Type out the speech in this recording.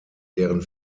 deren